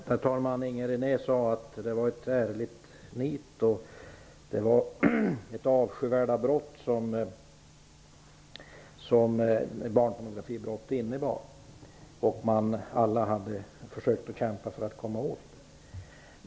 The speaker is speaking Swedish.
Herr talman! Inger René sade att det var ett ärligt nit och att barnpornografibrott är avskyvärda som alla hade kämpat för att komma åt.